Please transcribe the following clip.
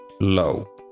low